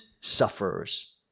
sufferers